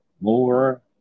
more